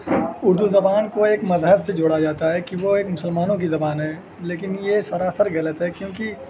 اردو زبان کو ایک مذہب سے جوڑا جاتا ہے کہ وہ ایک مسلمانوں کی زبان ہے لیکن یہ سراسر غلط ہے کیونکہ